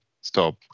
stop